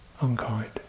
unkind